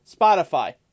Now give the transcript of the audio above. Spotify